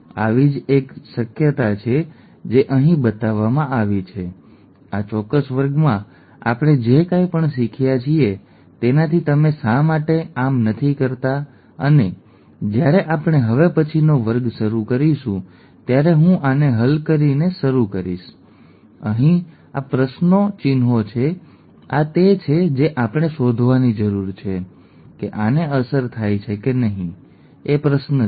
આવી જ એક શક્યતા છે જે અહીં બતાવવામાં આવી છે આ ચોક્કસ વર્ગમાં આપણે જે કંઈ પણ શીખ્યા છીએ તેનાથી તમે શા માટે આ કામ કરતા નથી અને જ્યારે આપણે હવે પછીનો વર્ગ શરૂ કરીશું ત્યારે હું આને હલ કરીને શરૂ કરીશ ઠીક છે અહીં આ પ્રશ્નોચિહ્નો છે આ તે છે જે આપણે શોધવાની જરૂર છે કે આને અસર થાય છે કે નહીં એ પ્રશ્ન છે